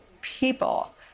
people